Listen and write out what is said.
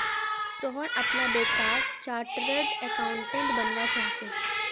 सोहन अपना बेटाक chartered accountant बनवा चाह्चेय